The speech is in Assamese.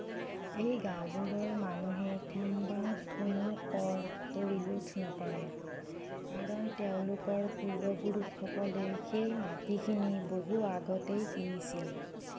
এই গাওঁবোৰৰ মানুহে থেমবাংক কোনো কৰ পৰিশোধ নকৰে কাৰণ তেওঁলোকৰ পূৰ্বপুৰুষসকলে সেই মাটিখিনি বহু আগতেই কিনিছিল